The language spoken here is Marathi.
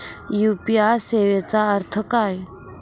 यू.पी.आय सेवेचा अर्थ काय?